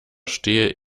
stehe